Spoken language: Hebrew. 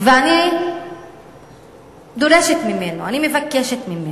אולי, אני קוראת לנוער להתעורר.